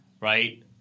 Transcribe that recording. right